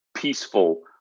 peaceful